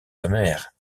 amères